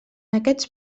aquests